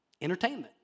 Entertainment